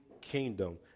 kingdom